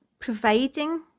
providing